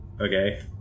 Okay